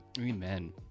Amen